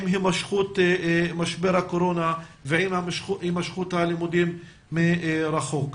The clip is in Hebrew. עם הימשכות משבר הקורונה ועם הימשכות הלימודים מרחוק.